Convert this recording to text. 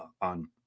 on